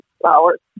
flowers